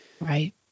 Right